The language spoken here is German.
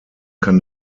kann